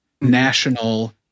national